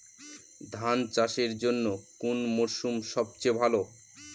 ধান চাষের জন্যে কোন মরশুম সবচেয়ে ভালো?